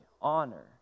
Honor